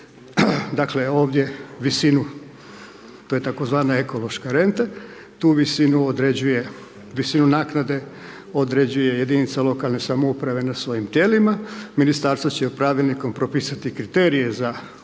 Dakle, ovdje visinu to je tzv. ekološka renta, tu visinu određuje, visinu naknade određuje jedinica lokalne samouprave na svojim tijelima, ministarstvo će pravilnikom propisati kriterije za